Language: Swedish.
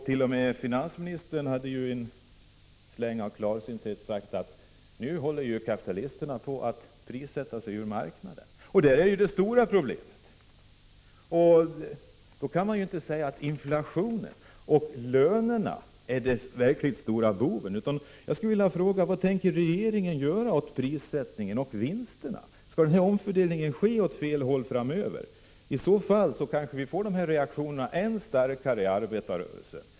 T.o.m. finansministern sade, när han fick en släng av klarsynthet, att kapitalisterna nu håller på att prissätta sig ur marknaden. Det är ju det stora problemet. Man kan därför inte säga att inflationen och lönerna är de verkligt stora bovarna. Vad tänker regeringen göra åt prissättningen och vinsterna? Skall denna omfördelning ske åt fel håll framöver? I så fall kanske vi får än starkare reaktioner från arbetarrörelsen.